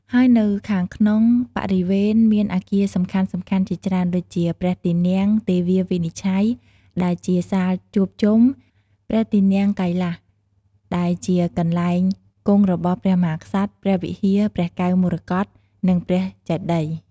ហើយនៅខាងក្នុងបរិវេណមានអគារសំខាន់ៗជាច្រើនដូចជា ព្រះទីនាំងទេវាវិនិច្ឆ័យ ដែលជាសាលជួបជុំ ព្រះទីនាំងកៃលាស ដែលជាកន្លែងគង់របស់ព្រះមហាក្សត្រ ព្រះវិហារព្រះកែវមរកត និងព្រះចេតិយ។